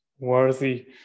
worthy